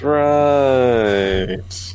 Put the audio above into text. right